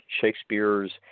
shakespeare's